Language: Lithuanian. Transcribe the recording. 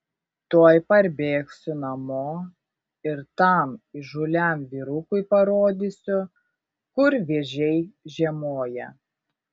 tuoj parbėgsiu namo ir tam įžūliam vyrukui parodysiu kur vėžiai žiemoja